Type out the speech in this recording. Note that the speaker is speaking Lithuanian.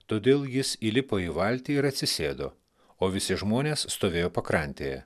todėl jis įlipo į valtį ir atsisėdo o visi žmonės stovėjo pakrantėje